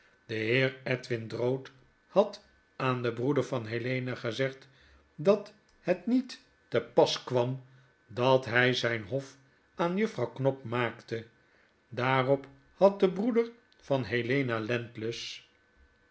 de heer edwin drood had aan den broeder van helena gezegd dat het niet te pas kwam dat hij zyn hpf aan juffrouw knop maakte daarop had de broeder van helena